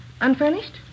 Unfurnished